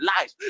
life